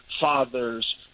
fathers